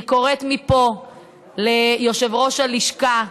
אני קוראת מפה ליושב-ראש הלשכה: